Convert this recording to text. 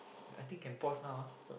I think can pause now ah